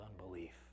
unbelief